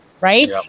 Right